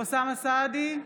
אוסאמה סעדי,